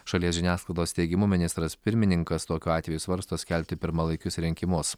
šalies žiniasklaidos teigimu ministras pirmininkas tokiu atveju svarsto skelbti pirmalaikius rinkimus